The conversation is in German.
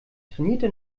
trainierte